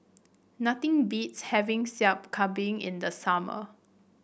nothing beats having Sup Kambing in the summer